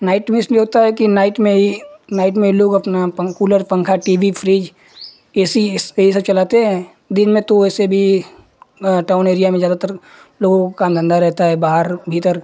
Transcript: night में इस भी होता है कि नाइट में ही नाइट में ही लोग अपना कूलर पन्खा T V fridge A C यही सब चलाते हैं दिन में तो वैसे भी टाउन एरिया में ज़्यादातर लोगों को काम धन्धा रहता है बाहर भीतर